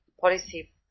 policy